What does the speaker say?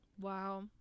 Wow